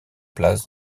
place